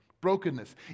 brokenness